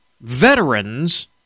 veterans